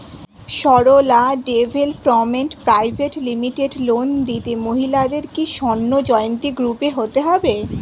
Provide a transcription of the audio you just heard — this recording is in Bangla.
Sarala development private limited loan নিতে মহিলাদের কি স্বর্ণ জয়ন্তী গ্রুপে হতে হবে?